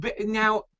now